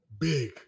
big